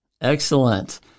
Excellent